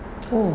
oh